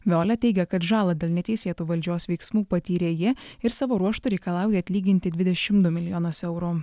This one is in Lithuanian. veolė teigia kad žalą dėl neteisėtų valdžios veiksmų patyrė ji ir savo ruožtu reikalauja atlyginti dvidešim du milijonus eurų